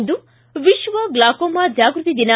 ಇಂದು ವಿಶ್ವ ಗ್ಲಾಕೋಮಾ ಜಾಗೃತಿ ದಿನ